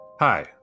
Hi